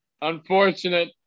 Unfortunate